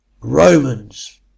Romans